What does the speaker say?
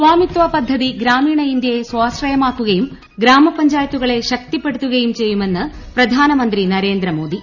സ്വാമിത്വ പദ്ധതി ഗ്രാമീണ ഇന്ത്യയെ സ്വാശ്രയരാക്കുകയും ഗ്രാമപഞ്ചായത്തുകളെ ശക്തിപ്പെടുത്തുകയും ചെയ്യുമെന്ന് പ്രധാനമന്ത്രി നരേന്ദ്രമോദി